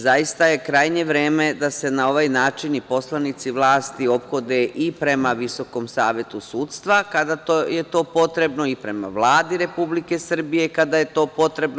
Zaista je krajnje vreme da se na ovaj način i poslanici vlasti ophode i prema Visokom savetu sudstva, kada je to potrebno i prema Vladi Republike Srbije kada je to potrebno.